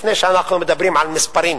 לפני שאנחנו מדברים על מספרים,